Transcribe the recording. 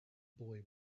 boy